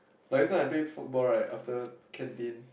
but it's not I play football right after canteen